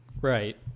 right